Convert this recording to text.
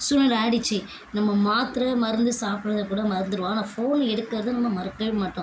சூழ்நிலை ஆயிடுச்சு நம்ம மாத்திரை மருந்து சாப்பிட்றத கூட மறந்துடுவோம் ஆனால் ஃபோன் எடுக்கிறத நம்ம மறக்கவே மாட்டோம்